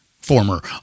Former